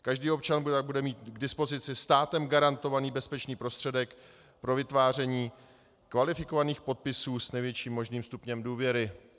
Každý občan pak bude mít k dispozici státem garantovaný bezpečný prostředek pro vytváření kvalifikovaných podpisů s největším možným stupněm důvěry.